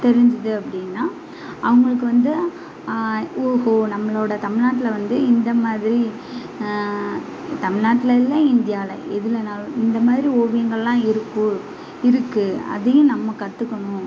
தெரிஞ்சிது அப்படின்னா அவங்களுக்கு வந்து ஓஹோ நம்மளோட தமிழ்நாட்ல வந்து இந்த மாதிரி தமிழ்நாட்ல இல்லை இந்தியாவில எது வேணாலும் இந்த மாதிரி ஓவியங்கள்லாம் இருக்கு இருக்கு அதையும் நம்ம கற்றுக்குணும்